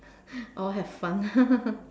I'll have fun